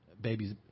babies